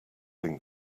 been